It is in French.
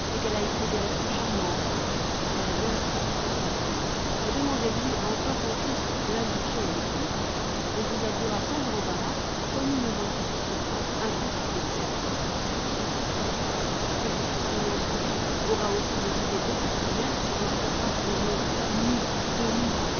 et qu'elle a écrit des lettres charmantes ce sera d'ailleurs à peu près tout mais demandez-lui en quoi consiste l'induction électrique elle vous avouera sans embarras son ignorance sur ce point un peu spécial et pourtant cette personne instruite aura aussi des idées beaucoup plus nettes sur torthographe des mots nu